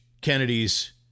Kennedy's